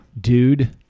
Dude